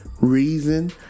reason